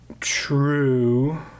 True